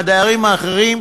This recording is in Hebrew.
מהדיירים האחרים,